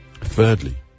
Thirdly